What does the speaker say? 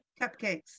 cupcakes